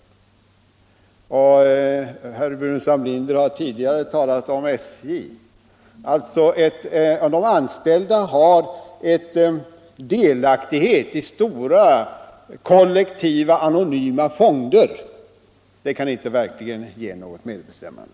Jag kan också hänvisa till herr Burenstam Linder, som tidigare har talat om SJ. Att de anställda har delaktighet i stora, kollektiva, anonyma fonder tror vi alltså inte kan ge något verkligt medbestämmande.